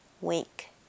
Wink